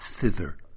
Thither